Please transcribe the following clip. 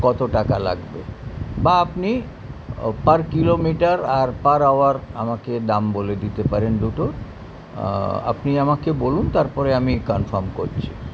কত টাকা লাগবে বা আপনি পার কিলোমিটার আর পার আওয়ার আমাকে দাম বলে দিতে পারেন দুটো আপনি আমাকে বলুন তারপরে আমি কানফার্ম করছি